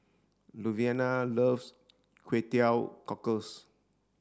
luvenia loves kway teow cockles